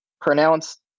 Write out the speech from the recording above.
pronounced